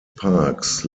parks